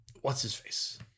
what's-his-face